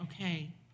okay